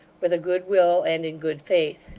with a goodwill and in good faith.